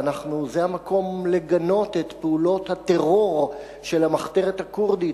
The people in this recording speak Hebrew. זה המקום לגנות את פעולות הטרור של המחתרת הכורדית,